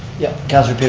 yup, councilor